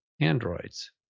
androids